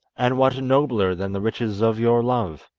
and what nobler than the riches of your love.